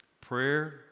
prayer